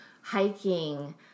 hiking